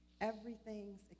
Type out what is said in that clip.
everything's